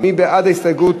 מי בעד ההסתייגות?